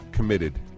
Committed